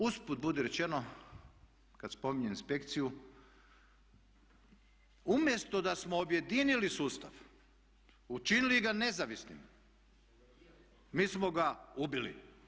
Usput budi rečeno kada spominjem inspekciju umjesto da smo objedinili sustav, učinili ga nezavisnim mi smo ga ubili.